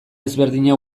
ezberdina